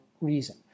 reason